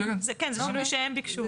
כן, זה שינוי שהם ביקשו.